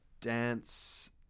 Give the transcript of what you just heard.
dance